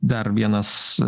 dar vienas